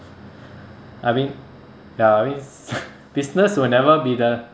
I mean ya I mean business will never be the